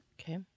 Okay